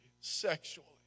Sexually